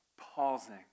pausing